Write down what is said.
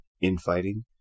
infighting